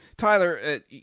Tyler